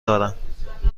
دارم